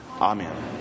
Amen